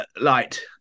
light